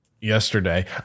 yesterday